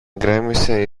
γκρέμισε